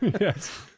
Yes